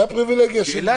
זו הפריבילגיה שלי.